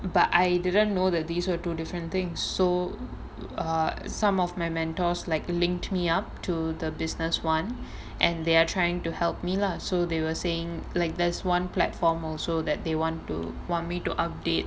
but I didn't know that these are two different things so uh some of my mentors like linked me up to the business one and they are trying to help me lah so they were saying like there's one platform also that they want to want me to update